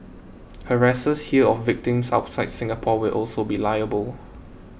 harassers here of victims outside Singapore will also be liable